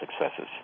successes